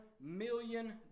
million